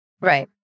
Right